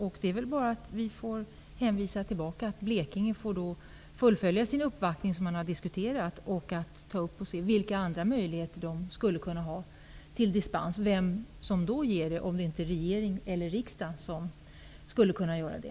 Vi får då bara hänvisa Blekinge till att fullfölja den uppvaktning som man har diskuterat och se vilka andra möjligheter det finns att få dispens och vem som ger den, om inte regering eller riksdag skulle kunna göra det.